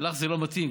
לך זה לא מתאים,